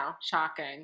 Shocking